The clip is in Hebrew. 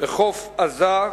בחוף עזה,